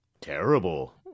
Terrible